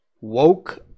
woke